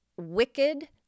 wicked